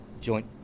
joint